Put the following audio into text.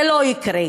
זה לא יקרה.